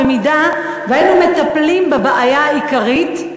אם היינו מטפלים בבעיה העיקרית,